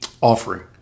offering